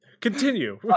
Continue